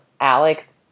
Alex